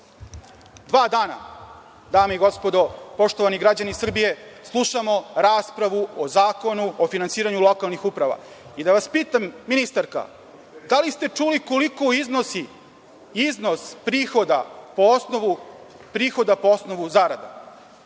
dana, dame i gospodo, poštovani građani Srbije, slušamo raspravu o Zakonu o finansiranju lokalnih uprava. I da vas pitam, ministarka, da li ste čuli koliko iznosi iznos prihoda po osnovu zarada?